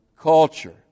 culture